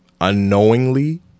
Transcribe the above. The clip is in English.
unknowingly